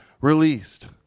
released